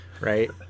right